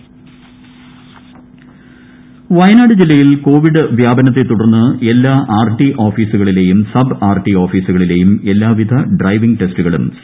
office Wayanad Wayanad ജില്ലയിൽ ക്ടോപിഡ് വ്യാപനത്തെ തുടർന്ന് എല്ലാ ആർ ടി ഓഫീ്സുകളിലെയും സബ് ആർ ടി ഓഫീസുകളിലെയും എല്ലാവിധ ഡ്രൈവിംഗ് ടെസ്റ്റുകളും സി